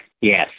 Yes